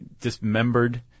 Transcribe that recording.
dismembered